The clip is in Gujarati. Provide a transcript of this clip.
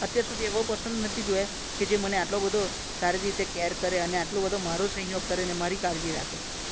અત્યાર સુધી એવા પર્સન નથી જોયા કે જે મને આટલો બધો સારી રીતે કેર કરે અને આટલો બધો મારો સહયોગ કરે ને મારી કાળજી રાખે